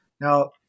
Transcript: Now